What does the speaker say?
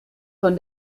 von